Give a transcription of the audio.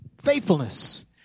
faithfulness